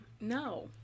no